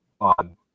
on